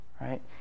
right